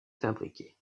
fabriquée